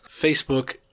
Facebook